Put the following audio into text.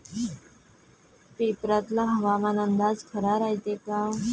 पेपरातला हवामान अंदाज खरा रायते का?